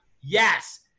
yes